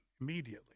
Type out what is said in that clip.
immediately